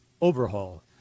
overhaul